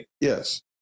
Yes